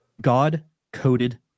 God-coded